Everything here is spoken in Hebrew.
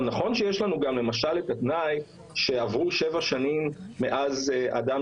נכון שיש לנו גם למשל את התנאי שעברו שבע שנים מאז אדם